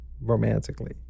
romantically